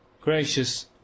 Gracious